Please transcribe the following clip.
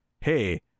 hey